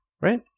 right